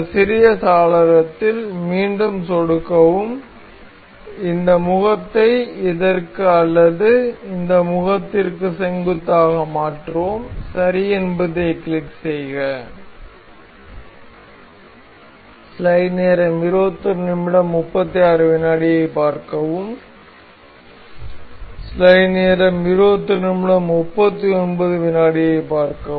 இந்த சிறிய சாளரத்தில் மீண்டும் சொடுக்கவும் இந்த முகத்தை இதற்க்கு அல்லது இந்த முகத்திற்க்கு செங்குத்தாக மாற்றுவோம் சரி என்பதைக் கிளிக் செய்க